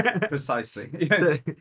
Precisely